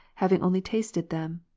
having only tasted them.